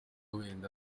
wenda